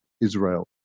Israel